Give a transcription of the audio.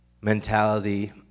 mentality